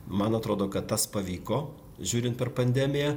man atrodo kad tas pavyko žiūrint per pandemiją